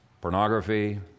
Pornography